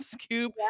scoop